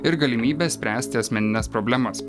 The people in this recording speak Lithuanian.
ir galimybė spręsti asmenines problemas